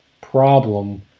problem